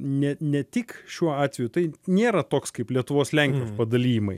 ne ne tik šiuo atveju tai nėra toks kaip lietuvos lenkijos padalijimai